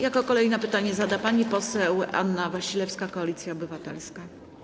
Jako kolejna pytanie zada pani poseł Anna Wasilewska, Koalicja Obywatelska.